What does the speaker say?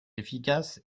efficace